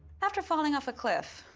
after falling off a cliff